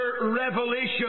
revelation